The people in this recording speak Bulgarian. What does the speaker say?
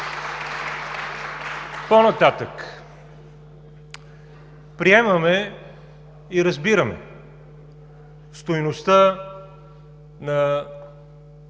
По-нататък. Приемаме и разбираме стойността на